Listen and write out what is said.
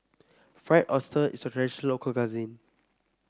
Fried Oyster is a fresh local cuisine